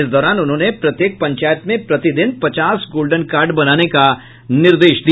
इस दौरान उन्होंने प्रत्येक पंचायत में प्रतिदिन पचास गोल्डन कार्ड बनाने का निर्देश दिया